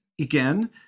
again